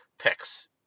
picks